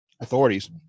Authorities